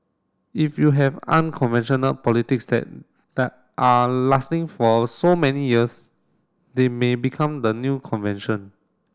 if you have unconventional politics that that are lasting for so many years they may become the new convention